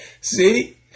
See